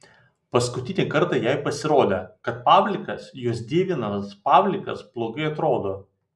paskutinį kartą jai pasirodė kad pavlikas jos dievinamas pavlikas blogai atrodo